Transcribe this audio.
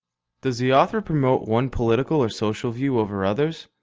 does the author promote one political or social view over others?